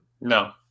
No